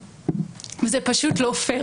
זה פשוט לא פייר.